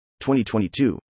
2022